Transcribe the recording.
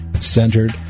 centered